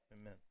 amen